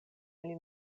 ili